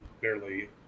barely